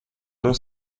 non